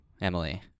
emily